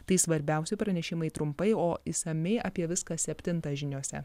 tai svarbiausi pranešimai trumpai o išsamiai apie viską septintą žiniose